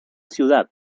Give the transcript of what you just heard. ciudad